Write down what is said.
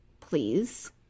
please